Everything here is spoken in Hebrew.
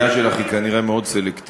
לא, אני רוצה לדעת